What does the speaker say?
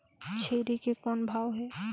छेरी के कौन भाव हे?